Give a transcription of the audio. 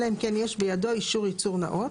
אלא אם כן יש בידו אישור ייצור נאות.